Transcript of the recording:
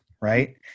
Right